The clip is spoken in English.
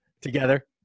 together